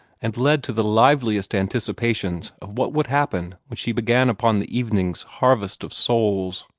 and led to the liveliest anticipations of what would happen when she began upon the evening's harvest of souls.